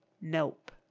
nope